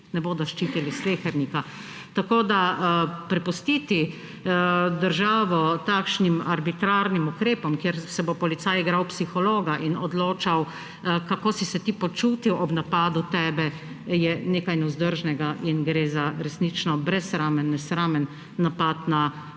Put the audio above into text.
ne bodo ščitili slehernika. Prepustiti državo takšnim arbitrarnim ukrepom, kjer se bo policij igral psihologa in odločal, kako si se ti počutil ob napadu nate, je nekaj nevzdržnega in gre za resnično brezsramen, nesramen napad na svobodo